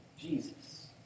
Jesus